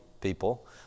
people